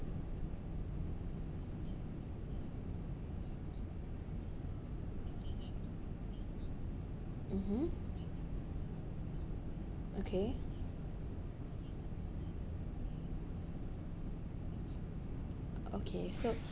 mmhmm okay okay so